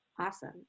Awesome